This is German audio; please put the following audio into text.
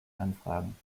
anfragen